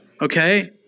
Okay